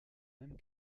même